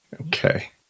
Okay